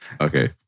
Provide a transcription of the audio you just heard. Okay